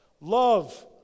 Love